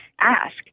ask